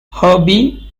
herbie